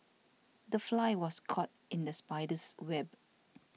the fly was caught in the spider's web